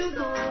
go